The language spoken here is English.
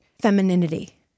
femininity